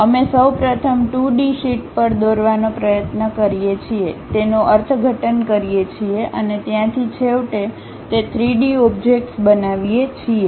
અમે સૌ પ્રથમ 2D શીટ પર દોરવાનો પ્રયત્ન કરીએ છીએ તેનો અર્થઘટન કરીએ છીએ અને ત્યાંથી છેવટે તે 3 ડી ઓબ્જેક્ટ્સ બનાવીએ છીએ